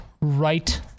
right